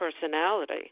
personality